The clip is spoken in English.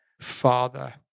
Father